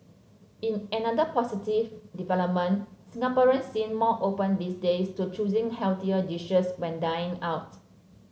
in another positive development Singaporeans seem more open these days to choosing healthier dishes when dining out